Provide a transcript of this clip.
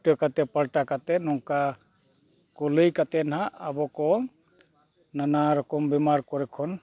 ᱩᱞᱴᱟᱹ ᱠᱟᱛᱮᱫ ᱯᱟᱞᱴᱟ ᱠᱟᱛᱮᱫ ᱱᱚᱝᱠᱟ ᱠᱚ ᱞᱟᱹᱭ ᱠᱟᱛᱮᱫ ᱱᱟᱦᱟᱜ ᱟᱵᱚ ᱠᱚ ᱱᱟᱱᱟ ᱨᱚᱠᱚᱢ ᱵᱮᱢᱟᱨ ᱠᱚᱨᱮ ᱠᱷᱚᱱ